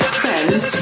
friends